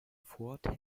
fort